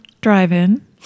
Drive-In